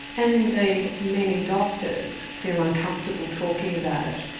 and indeed, many doctors feel uncomfortable talking about it.